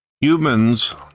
Humans